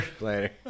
Later